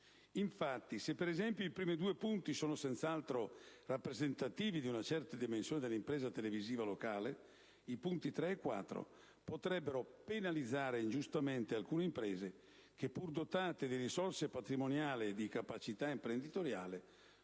Infatti se, per esempio, i primi due punti sono senz'altro rappresentativi di una certa dimensione dell'impresa televisiva locale, i due punti successivi potrebbero penalizzare ingiustificatamente alcune imprese che, pur dotate di risorse patrimoniali e di capacità imprenditoriale,